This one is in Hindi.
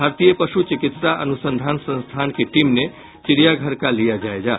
भारतीय पशु चिकित्सा अनुसंधान संस्थान की टीम ने चिड़ियाघर का लिया जायजा